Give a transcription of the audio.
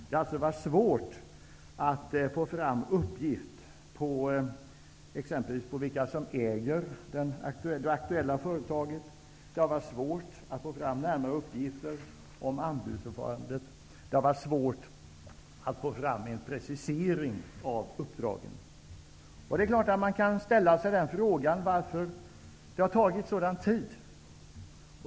Det har alltså varit svårt att få fram uppgift på exempelvis vilka som äger det aktuella företaget. Det har varit svårt att få fram närmare uppgifter om anbudsförfarandet och en precisering av uppdragen. Man kan ställa sig frågan varför det har tagit sådan tid.